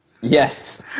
Yes